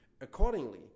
accordingly